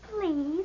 Please